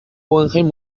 guggenheim